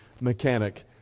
mechanic